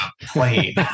plane